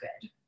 good